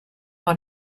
dans